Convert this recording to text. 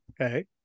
Okay